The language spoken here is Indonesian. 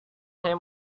saya